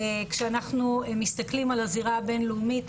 כשאנחנו מסתכלים על הזירה הבינלאומית,